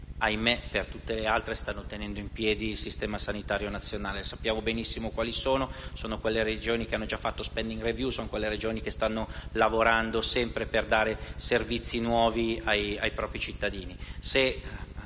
ahimè - per tutte le altre stanno tenendo in piedi il Sistema sanitario nazionale. Sappiamo benissimo quali sono: sono le Regioni che hanno già fatto la *spending review* e che lavorano sempre per dare servizi nuovi ai propri cittadini.